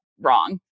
wrong